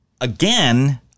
again